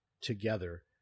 together